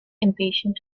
impatient